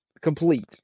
complete